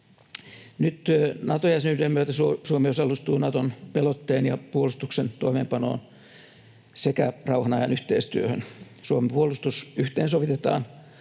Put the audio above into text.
Nyt Nato-jäsenyyden myötä Suomi osallistuu Naton pelotteen ja puolustuksen toimeenpanoon sekä rauhanajan yhteistyöhön. Suomen puolustus yhteensovitetaan